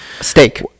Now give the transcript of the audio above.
steak